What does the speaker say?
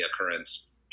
occurrence